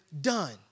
done